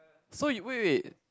so you wait wait